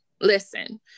listen